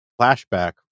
flashback